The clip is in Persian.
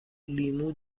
لیمو